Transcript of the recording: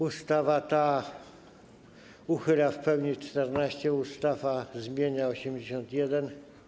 Ustawa ta uchyla w pełni 14 ustaw, a zmienia 81.